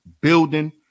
building